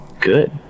Good